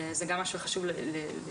גם זה משהו שחשוב להגיד.